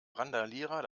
randalierer